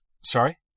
Sorry